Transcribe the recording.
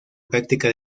práctica